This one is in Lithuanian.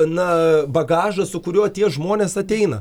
na bagažą su kuriuo tie žmonės ateina